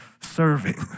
serving